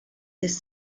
this